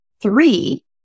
three